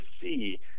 see